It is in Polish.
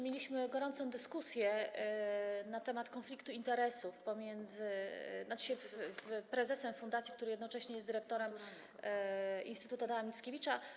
Mieliśmy gorącą dyskusję na temat konfliktu interesów w wypadku prezesa fundacji, który jednocześnie jest dyrektorem Instytutu Adama Mickiewicza.